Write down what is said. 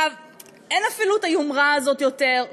עכשיו אין אפילו היומרה הזאת יותר,